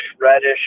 reddish